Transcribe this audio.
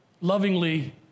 Lovingly